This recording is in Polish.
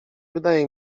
wydaje